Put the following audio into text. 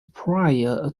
prior